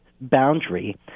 boundary